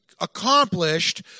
accomplished